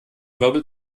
wirbel